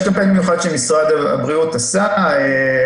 יש קמפיין מיוחד שמשרד הבריאות עשה,